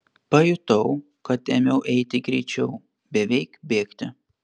pajutau kad ėmiau eiti greičiau beveik bėgti